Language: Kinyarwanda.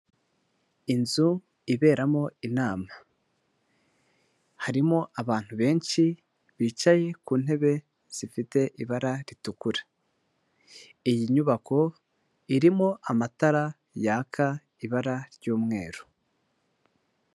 Inzu iberamo inama harimo abantu benshi bicaye ku ntebe zifite ibara ritukura, iyi nyubako irimo amatara yaka ibara ry'umweru.